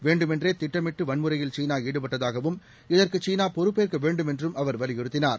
வேண்டுமென்றே திட்டமிட்டு வன்முறையில் சீனா ஈடுப்ட்டதாகவும் இதற்கு சீனா பொறுப்பேற்க வேண்டும் என்றும் அவர் வலியுறுத்தினார்